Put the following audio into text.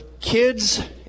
kids